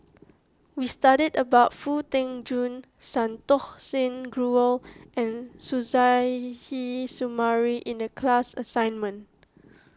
we studied about Foo Tee Jun Santokh Singh Grewal and Suzairhe Sumari in the class assignment